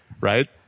Right